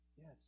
Yes